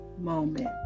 moment